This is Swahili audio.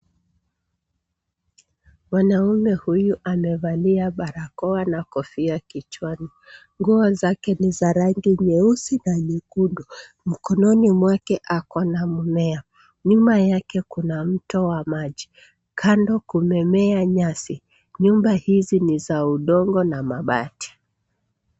Mwanaume huyu amevalia barakoa na kofia kichwani. Nguo zake ni za rangi nyeusi na nyekundu. Mkononi mwake ako na mmea. Nyuma yake kuna mto wa maji. kandi kumemea nyasi .Nyumba hizi ni za udongo na mabati.